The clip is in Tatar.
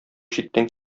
читтән